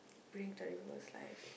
bring to other people's life